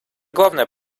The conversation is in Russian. главная